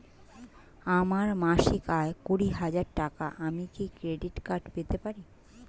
আমার মাসিক আয় কুড়ি হাজার টাকা আমি কি ক্রেডিট কার্ড পেতে পারি?